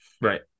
Right